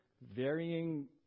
varying